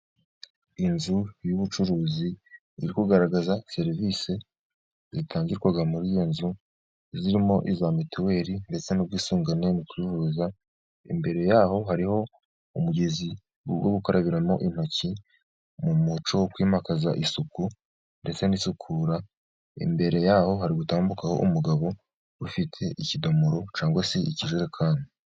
Inzu y'ubucuruzi iri kugaragaza serivisi, zitangirwa muri iyo nzu, zirimo iza mituweli ndetse n'ubwisungane mu kwivuza, imbere yaho hariho umugezi wo gukarabimo intoki, mu muco wo kwimakaza isuku ndetse n'isukura, imbere yaho hari gutambukaho, umugabo ufite ikidomoro, cyangwa se ikijerekani.